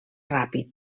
ràpid